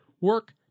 work